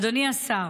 אדוני השר,